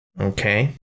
Okay